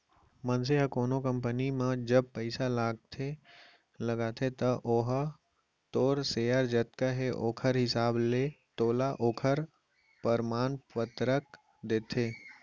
मनसे ह कोनो कंपनी म जब पइसा लगाथे त ओहा तोर सेयर जतका हे ओखर हिसाब ले तोला ओखर परमान पतरक देथे